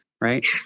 right